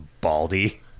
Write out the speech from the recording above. baldy